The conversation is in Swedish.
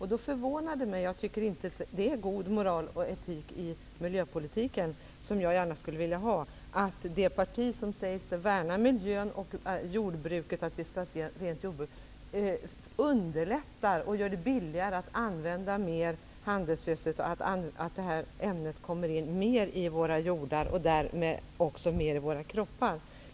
Jag förvånas över och tycker inte att det är den goda moral och etik i miljöpolitiken som jag skulle önska, att det parti som säger sig värna miljön och ett rent jordbruk underlättar och gör det billigare att använda mer kadmium, vilket gör att mängden av detta ämne i våra jordar och därmed också i våra kroppar blir större.